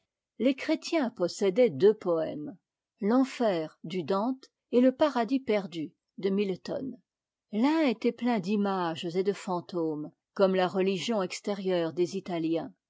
les chrétiens possédaient deux poèmes l'enfer du dante et le paradis perdu de mitton l'un était plein d'images et de fantômes comme la religion extérieure des italiens